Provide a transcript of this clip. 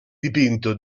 dipinto